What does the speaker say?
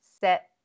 set